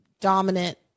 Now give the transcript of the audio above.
dominant